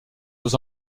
aux